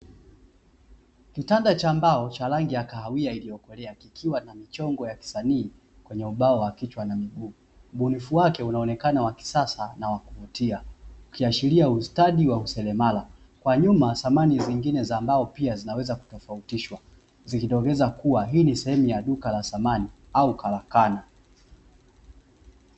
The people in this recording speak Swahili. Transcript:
Kitanda cha mbao cha rangi ya kahawia iliyokolea, kikiwa na michongo ya kisanii kwenye ubao wa kichwa na miguu, ubunifu wake unaonekana wa kisasa na wa kuvutia, ukiashiria ustadi wa useremala kwa nyuma samani zingine za mbao pia zinaweza kutofautishwa, zikidokeza kuwa hii ni sehemu ya duka la samani au karakana.